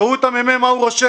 תקראו מה הממ"מ כותב.